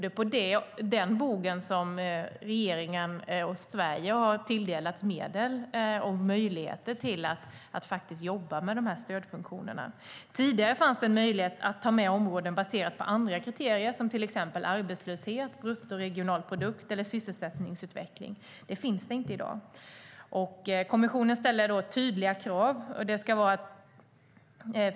Det är på den bogen regeringen och Sverige har tilldelats medel och möjligheter att jobba med stödfunktionerna. Tidigare fanns det en möjlighet att ta med områden baserat på andra kriterier, som arbetslöshet, bruttoregionalprodukt eller sysselsättningsutveckling. Det finns det inte i dag. Kommissionen ställer tydliga krav.